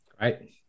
right